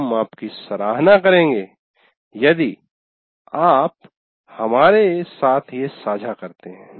हम आपकी सराहना करेंगे यदि आप हमारे साथ ये साझा करते है